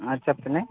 చెప్పండి